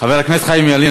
חבר הכנסת חיים ילין,